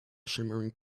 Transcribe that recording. shimmering